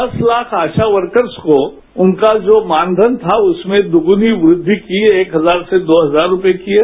दस लाख आशा वर्कस को उनका जो मानधन था उसमें दुगुनी वृद्धि की एक हजार से दो हजार रुपये किये